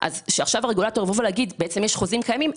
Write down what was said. הרגולטור יבוא ויאמר שבעצם חוזים קיימים,